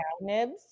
nibs